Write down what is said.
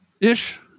ish